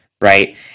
right